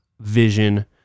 vision